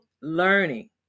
learning